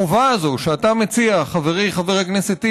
החובה הזאת שאתה מציע, חברי חבר הכנסת טיבי,